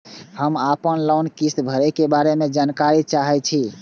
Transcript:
हम आपन लोन किस्त भरै के बारे में जानकारी चाहै छी?